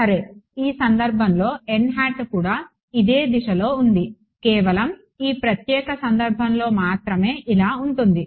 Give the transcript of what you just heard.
సరే ఈ ప్రత్యేక సందర్భంలో కూడా ఇదే దిశలో ఉంది కేవలం ఈ ప్రత్యేక సందర్భంలో మాత్రమే ఇలా ఉంటుంది